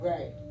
Right